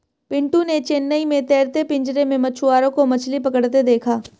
पिंटू ने चेन्नई में तैरते पिंजरे में मछुआरों को मछली पकड़ते देखा